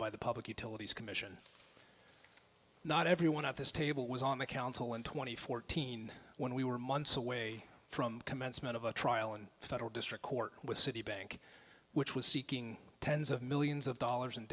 by the public utilities commission not everyone at this table was on the council in two thousand and fourteen when we were months away from commencement of a trial in federal district court with citibank which was seeking tens of millions of dollars